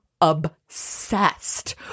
obsessed